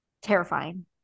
Terrifying